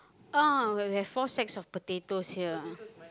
ah we have four sacks of potatoes here